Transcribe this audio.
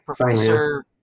Professor